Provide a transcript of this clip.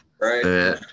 Right